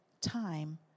time